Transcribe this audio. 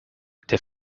der